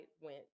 went